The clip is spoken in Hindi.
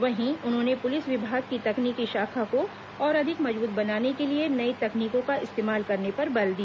वहीं उन्होंने पुलिस विभाग की तकनीकी शाखा को और अधिक मजबूत बनाने के लिए नई तकनीकों का इस्तेमाल करने पर बल दिया